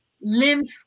lymph